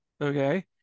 Okay